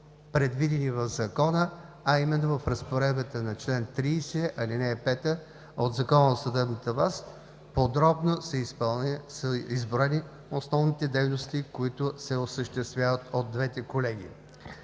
предвидени в Закона, а именно в разпоредбата на чл. 30, ал. 5 от Закона за съдебната власт подробно са изброени основните дейности, които се осъществяват от двете колегии.